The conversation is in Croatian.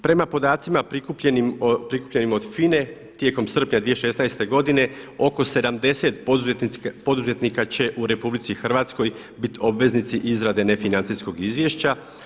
Prema podacima prikupljenim od FINA-e tijekom srpnja 2016. godine oko 70 poduzetnika će u RH biti obveznici izrade nefinancijskog izvješća.